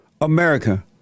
America